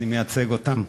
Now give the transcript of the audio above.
אני מייצג אותם.